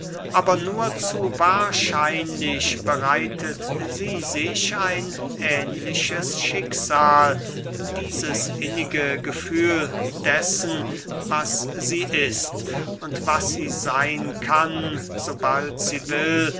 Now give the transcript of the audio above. aber nur zu wahrscheinlich bereitet sie sich ein ähnliches schicksal dieses innige gefühl dessen was sie ist und was sie seyn kann sobald sie will